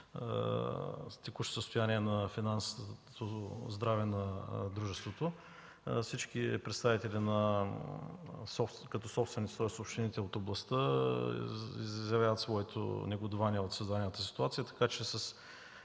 текущото състояние на финансово здраве на дружеството. Всички представители като собственици, тоест общините от областта, изразяват своето негодувание от създадената ситуация. Така че с